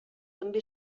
també